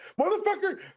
motherfucker